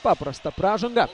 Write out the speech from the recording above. paprasta pražanga